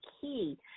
key